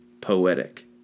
poetic